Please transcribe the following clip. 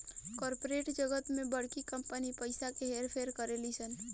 corporate जगत में बड़की कंपनी पइसा के हेर फेर करेली सन